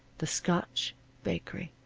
the scotch bakery.